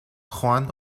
juan